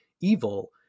evil